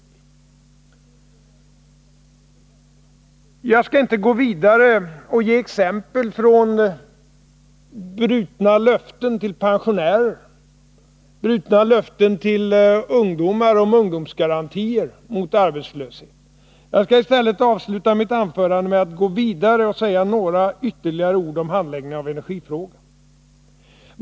Men jag skall inte gå vidare och visa på brutna löften till pensionärer om värdebeständiga pensioner eller brutna löften till ungdomar om ungdomsgarantier mot arbetslöshet. Jag skall i stället avsluta mitt anförande med att säga ytterligare några ord om handläggningen av energifrågan.